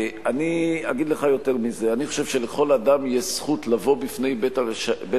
אני אגיד לך יותר מזה: אני חושב שלכל אדם יש זכות לבוא בפני בית-המשפט,